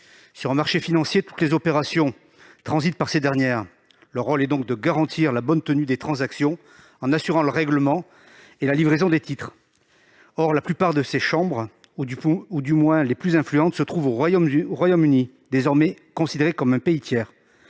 Sur un marché financier, toutes les opérations transitent par ces dernières, dont le rôle est de garantir la bonne tenue des transactions en assurant le règlement et la livraison des titres. Or la plupart de ces chambres, ou du moins les plus influentes, se trouvent au Royaume-Uni, désormais considéré comme un pays tiers.